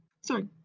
Sorry